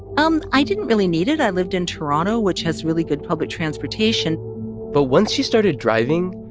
um i didn't really need it. i lived in toronto, which has really good public transportation but once she started driving,